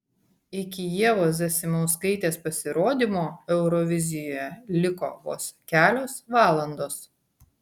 iki ievos zasimauskaitės pasirodymo eurovizijoje liko vos kelios valandos